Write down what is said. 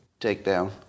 takedown